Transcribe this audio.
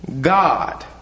God